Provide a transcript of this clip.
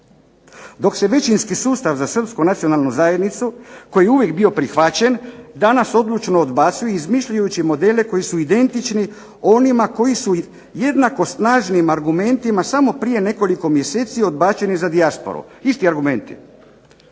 Dok se većinski sustav za srpsku nacionalnu zajednicu koji je uvijek bio prihvaćen danas odlučno odbacuje izmišljajući modele koji su identični onima koji su ih jednako snažnim argumentima samo prije nekoliko mjeseci odbačeni za dijasporu, isti argumenti,